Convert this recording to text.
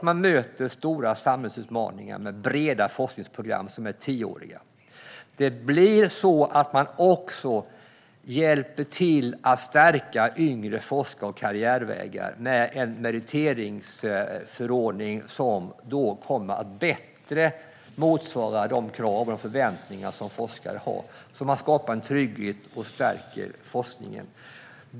Man möter den stora samhällsutmaningen med breda, tioåriga forskningsprogram. Man hjälper också till att stärka yngre forskares karriärvägar med en meriteringsförordning som bättre kommer att motsvara de krav och förväntningar som forskare har. På så sätt skapar man en trygghet och stärker forskningen.